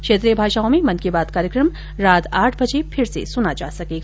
क्षेत्रीय भाषाओं में मन की बात कार्यक्रम रात आठ बजे फिर से सुना जा सकेगा